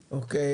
אוקיי.